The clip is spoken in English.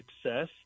success